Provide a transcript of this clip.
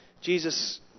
Jesus